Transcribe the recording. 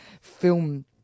film